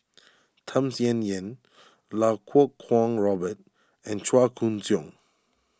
Tham Sien Yen Lau Kuo Kwong Robert and Chua Koon Siong